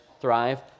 thrive